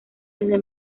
desde